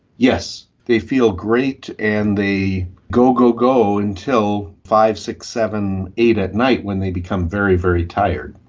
yes, they feel great and they go, go, go, until five, six, seven, eight at night when they become very, very tired.